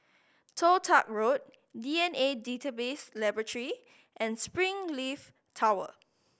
Toh Tuck Road D N A Database Laboratory and Springleaf Tower